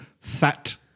Fat